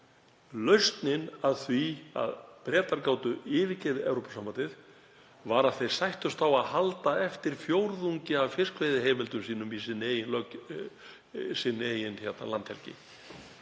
lausnin að því að Bretar gátu yfirgefið Evrópusambandið var að þeir sættust á að halda eftir fjórðungi af fiskveiðiheimildum sínum í eigin löggjöf, eigin landhelgi.